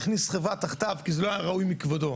הכניס חברה תחתיו כי זה לא היה ראוי מכבודו.